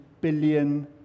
billion